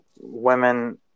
women